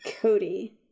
Cody